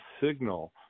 signal